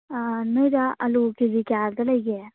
ꯅꯣꯏꯗ ꯑꯂꯨ ꯀꯦꯖꯤ ꯀꯌꯥꯗ ꯂꯩꯒꯦ